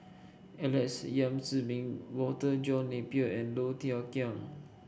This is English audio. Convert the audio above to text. Alex Yam Ziming Walter John Napier and Low Thia Khiang